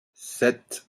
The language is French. sept